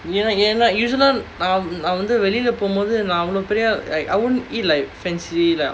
ஏனா நான் வந்து:yaena naan vandhu like I won't eat like fancy like